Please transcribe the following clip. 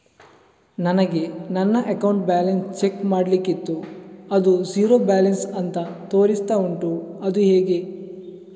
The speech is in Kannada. ನನಗೆ ನನ್ನ ಅಕೌಂಟ್ ಬ್ಯಾಲೆನ್ಸ್ ಚೆಕ್ ಮಾಡ್ಲಿಕ್ಕಿತ್ತು ಅದು ಝೀರೋ ಬ್ಯಾಲೆನ್ಸ್ ಅಂತ ತೋರಿಸ್ತಾ ಉಂಟು ಅದು ಹೇಗೆ?